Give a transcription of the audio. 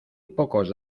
pocos